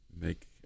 make